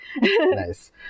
Nice